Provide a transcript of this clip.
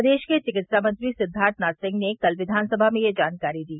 प्रदेश के चिकित्सा मंत्री सिद्वार्थनाथ सिंह ने कल विधानसभा में यह जानकारी दी